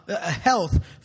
health